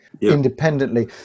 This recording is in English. independently